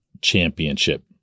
championship